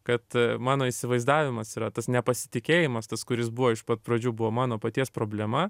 kad mano įsivaizdavimas yra tas nepasitikėjimas tas kuris buvo iš pat pradžių buvo mano paties problema